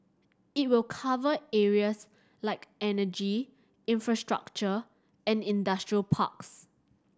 it will cover areas like energy infrastructure and industrial parks